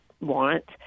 Want